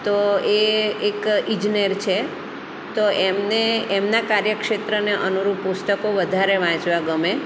તો એ એક ઇજનેર છે તો એમને એમના કાર્યક્ષેત્રને અનુરૂપ પુસ્તકો વધારે વાંચવા ગમે